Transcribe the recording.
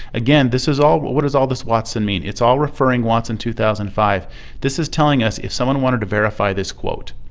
again, this is all what what is all this watson mean? it's all referring watson, two thousand and five this is telling us, if someone wanted to verify this quote,